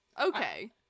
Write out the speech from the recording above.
okay